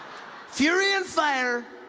fury and fire